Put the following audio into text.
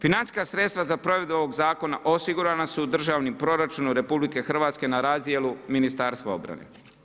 Financijska sredstva za provedbu ovog zakona osigurana su državnim proračunom RH na razdjelu Ministarstva obrane.